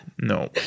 No